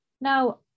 Now